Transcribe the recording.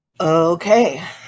Okay